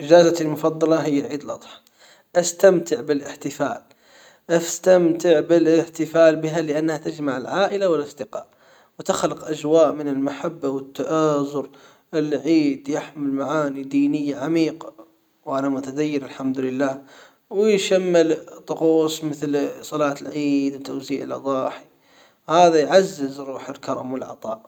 اجازتي المفضلة هي عيد الاضحى أستمتع بالاحتفال أستمتع بالاحتفال بها لأنها تجمع العائلة والاصدقاء وتخلق أجواء من المحبة والتآزر العيد يحمل معاني دينية عميقة وانا متدين الحمد لله ويشمل طقوس مثل صلاة العيد وتوزيع الاضاحي هذا يعزز روح الكرم والعطاء.